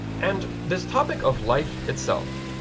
and this topic of life itself